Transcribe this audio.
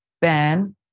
Ben